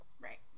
Right